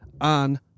on